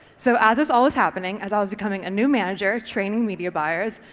so as is always happening, as i was becoming a new manager training media buyers,